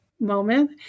moment